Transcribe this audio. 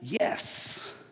Yes